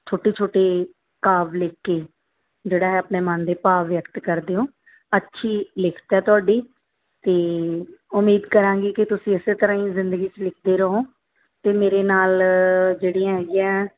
ਛੋਟੇ ਛੋਟੇ ਕਾਵਿ ਲਿਖ ਕੇ ਜਿਹੜਾ ਹੈ ਆਪਣੇ ਮਨ ਦੇ ਭਾਵ ਵਿਅਕਤ ਕਰਦੇ ਹੋ ਅੱਛੀ ਲਿਖਤ ਹੈ ਤੁਹਾਡੀ ਅਤੇ ਉਮੀਦ ਕਰਾਂਗੀ ਕਿ ਤੁਸੀਂ ਇਸੇ ਤਰ੍ਹਾਂ ਹੀ ਜ਼ਿੰਦਗੀ 'ਚ ਲਿਖਦੇ ਰਹੋ ਅਤੇ ਮੇਰੇ ਨਾਲ ਜਿਹੜੀਆਂ ਹੈਗੀਆਂ